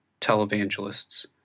televangelists